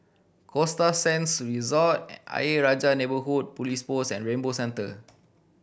Costa Sands Resort Ayer Rajah Neighbourhood Police Post and Rainbow Centre